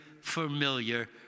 familiar